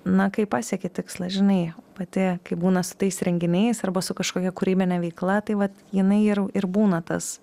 na kai pasieki tikslą žinai pati kaip būna su tais renginiais arba su kažkokia kūrybine veikla tai vat jinai ir ir būna tas